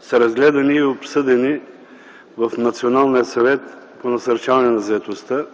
са разгледани и обсъдени в Националния съвет по насърчаване на заетостта.